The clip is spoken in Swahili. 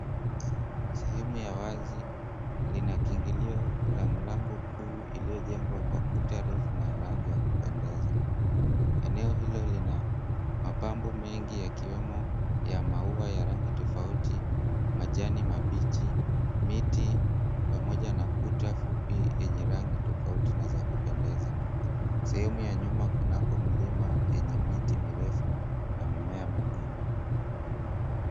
Sehemu ya wazi lina kiingilio la mlango kuu iliyojengwa kwa kuta refu na rangi ya kupendeza. Eneo hilo lina mapambo mengi yakiwemo ya maua ya rangi tofauti, majani mabichi, miti pamoja na kuta fupi yenye rangi tofauti na za kupendeza. Sehemu ya nyuma kunako mlima yenye miti mirefu na mimea mengine.